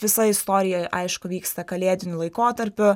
visa istorija aišku vyksta kalėdiniu laikotarpiu